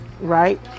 Right